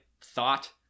thought